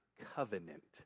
covenant